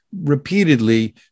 repeatedly